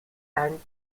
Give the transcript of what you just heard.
and